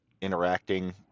interacting